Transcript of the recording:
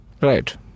Right